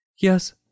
Yes